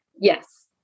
Yes